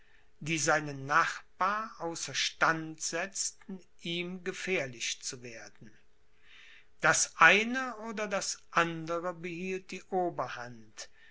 die seinen nachbar außer stand setzten ihm gefährlich zu werden das eine oder das andere behielt die oberhand